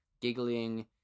Giggling